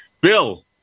Bill